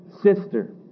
sister